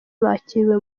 bakiriwe